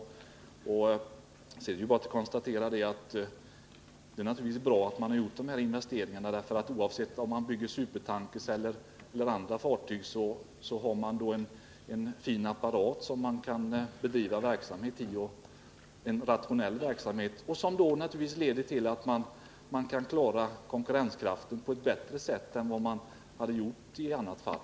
Sedan är det bara att konstatera att det naturligtvis är bra att man har gjort dessa investeringar. Oavsett om man bygger supertankers eller andra fartyg har man då en fin apparat, som man kan bedriva rationell verksamhet i, som leder till att man kan klara konkurrensen på ett bättre sätt än man hade gjort i annat fall.